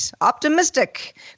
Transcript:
optimistic